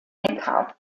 neckar